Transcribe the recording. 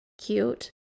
cute